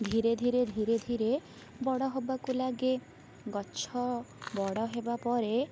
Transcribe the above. ଧିରେ ଧିରେ ଧିରେ ଧିରେ ବଡ଼ ହବାକୁ ଲାଗେ ଗଛ ବଡ଼ ହେବା ପରେ